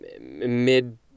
mid